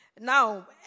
Now